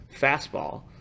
fastball